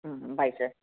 ம் ம் bye sir